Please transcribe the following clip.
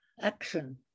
action